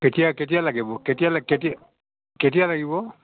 কেতিয়া কেতিয়া লাগিব কেতিয়ালৈ কেতি কেতিয়া লাগিব